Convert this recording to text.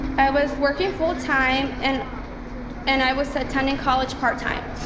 i was working full-time and and i was attending college part-time.